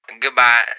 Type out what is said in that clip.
Goodbye